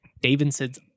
Davidson's